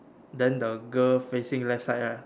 then the girl facing left side ah